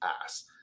ass